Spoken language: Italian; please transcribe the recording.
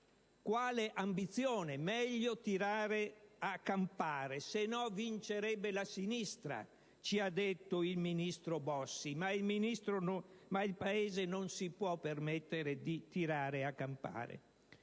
Non dire: meglio tirare a campare, se no vincerebbe la sinistra, ci ha detto il ministro Bossi. Ma il Paese non si può permettere di tirare a campare.